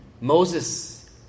Moses